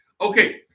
Okay